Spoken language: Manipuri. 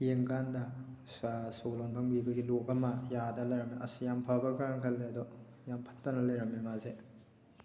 ꯌꯦꯡꯕ ꯀꯥꯟꯗ ꯁꯣ ꯂꯣꯟꯐꯝꯒꯤ ꯑꯩꯈꯣꯏꯒꯤ ꯂꯣꯛ ꯑꯃ ꯌꯥꯗ ꯂꯩꯔꯝꯃꯦ ꯑꯁ ꯌꯥꯝ ꯐꯕ꯭ꯔꯥꯀꯥꯏꯅ ꯈꯜꯂꯦ ꯑꯗꯣ ꯌꯥꯝ ꯐꯠꯇꯅ ꯂꯩꯔꯝꯃꯦ ꯃꯥꯁꯦ